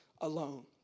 alone